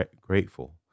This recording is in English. grateful